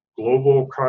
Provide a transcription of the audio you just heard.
Global